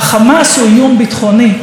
החמאס הוא איום ביטחוני,